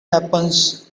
happens